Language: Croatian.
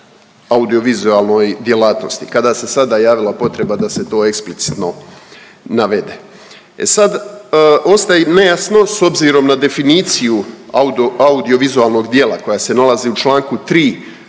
audiovizualnoj djelatnosti kada se sada javila potreba da se to eksplicitno navede? E sad ostaje nejasno s obzirom na definiciju audiovizualnog djela koja se nalazi u čl. 3.